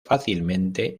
fácilmente